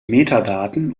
metadaten